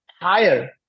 higher